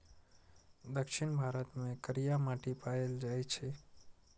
दक्षिण भारत मे करिया माटि पाएल जाइ छै